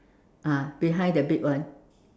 ah behind the big one